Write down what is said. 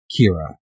Kira